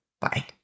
Bye